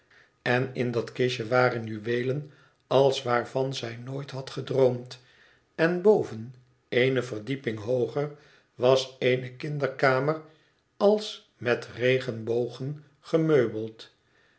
en in dat kistje waren juweelen als waarvan zij nooit had gedroomd en boven eene verdieping hooger was eene kinderkamer als met regenbogen gemeubeld